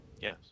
Yes